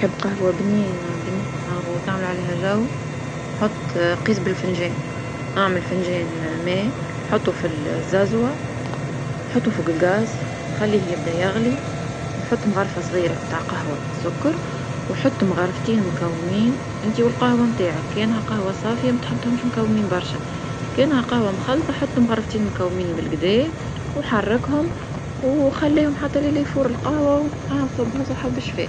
تحب قهوة بنينة بنينة وتعمل عليها جو، حط قيس بالفنجان، اعمل فنجان ماءحطه في الزازوة حطه فوق الغاز خليه يبدا يغلي نحط مغرفة صغيرة تاع قهوة سكر وحطهم مكومين انت والقهوة متاعك، كانها قهوة صافية ما طحنتهومش مكومين برشا، كاينها قهوة مخلطة حطهم مغرفتين مكومين بالقدا وحركهم وخليهم حتى لين يفور القهوة وصبها وصحة وبالشفاء.